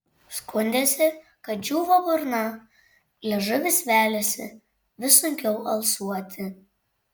skundėsi kad džiūva burna liežuvis veliasi vis sunkiau alsuoti